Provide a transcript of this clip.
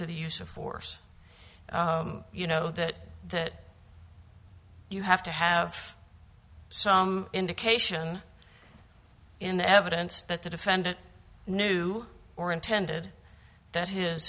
to the use of force you know that you have to have some indication in the evidence that the defendant knew or intended that his